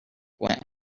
went